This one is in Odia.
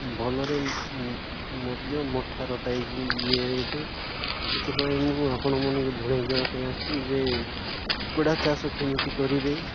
ଭଲରେ ମଧ୍ୟ ମୋଟା ଇଏ ଦେବେ ସେଥିପାଇଁ ମୁଁ ଆପଣମାନଙ୍କୁ ଜଣାଇ ଦେବା ପାଇଁ ଆସିଛି ଯେ କୁକୁଡ଼ା ଚାଷ କେମିତି କରିବେ